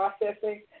processing